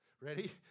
Ready